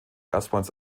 erstmals